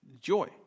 joy